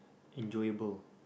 enjoyable